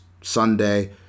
Sunday